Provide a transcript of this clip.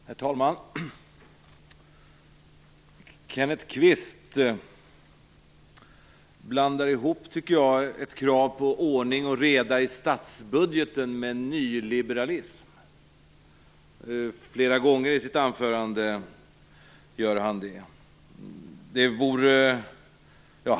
Herr talman! Kenneth Kvist blandar ihop ett krav på ordning och reda i statsbudgeten med nyliberalism flera gånger i sitt anförande, tycker jag.